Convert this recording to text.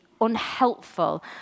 unhelpful